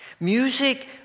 Music